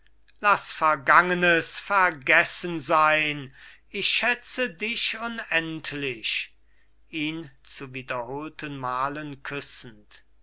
laß vergangenes vergessen sein ich schätze dich unendlich ihn zu wiederholten malen küssend